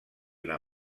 una